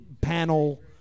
Panel